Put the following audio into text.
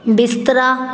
ਬਿਸਤਰਾ